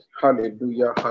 Hallelujah